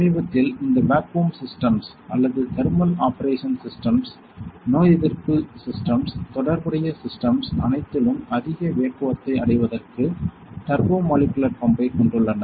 சமீபத்தில் இந்த vacuum systems அல்லது தெர்மல் ஆபரேஷன் சிஸ்டம்ஸ் நோயெதிர்ப்பு சிஸ்டம்ஸ் தொடர்புடைய சிஸ்டம்ஸ் அனைத்திலும் அதிக வேக்குவத்த்தை அடைவதற்கு டர்போ மாலிகுலர் பம்பைக் கொண்டுள்ளனர்